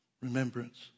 remembrance